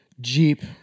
Jeep